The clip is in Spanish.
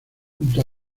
junto